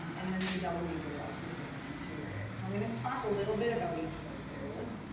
and then the double major allows you to focus on two areas. so i'm going and to talk a little bit about each of those areas.